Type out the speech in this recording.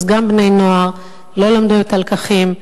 אז גם בני-נוער לא למדו את הלקחים,